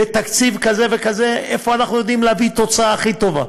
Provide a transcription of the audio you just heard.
בתקציב כזה וכזה איפה אנחנו יודעים להביא את התוצאה הכי טובה.